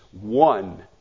one